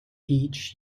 each